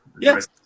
Yes